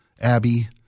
Abby